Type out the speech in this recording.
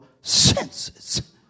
senses